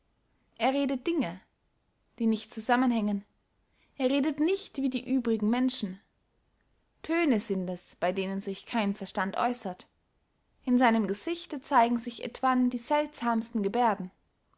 er redet dinge die nicht zusammenhängen er redet nicht wie die übrigen menschen töne sind es bey denen sich kein verstand äussert in seinem gesichte zeigen sich etwann die seltsamsten geberden